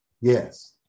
Yes